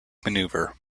maneuver